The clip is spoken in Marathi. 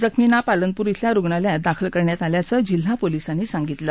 जखमींना पालनपूर शिल्या रुग्णालयात दाखल करण्यात आल्याचं जिल्हा पोलिसानी सांगितलं